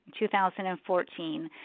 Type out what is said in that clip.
2014